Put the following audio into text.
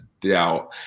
doubt